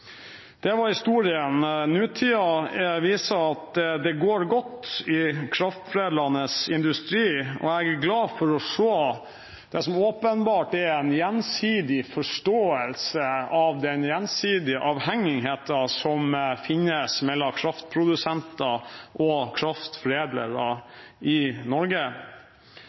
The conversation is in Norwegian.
Det var historien – nåtiden viser at det går godt i kraftforedlende industri, og jeg er glad for å se det som åpenbart er en gjensidig forståelse for den gjensidige avhengigheten som finnes mellom kraftprodusenter og kraftforedlere i Norge.